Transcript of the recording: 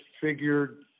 figured